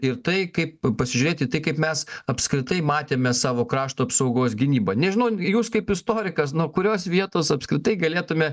ir tai kaip pasižiūrėti į tai kaip mes apskritai matėme savo krašto apsaugos gynybą nežinau jūs kaip istorikas nuo kurios vietos apskritai galėtume